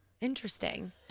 interesting